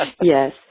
Yes